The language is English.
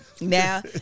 Now